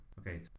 okay